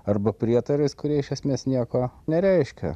arba prietarais kurie iš esmės nieko nereiškia